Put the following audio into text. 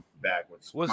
backwards